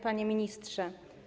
Panie Ministrze!